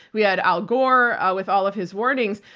we had al gore with all of his warnings.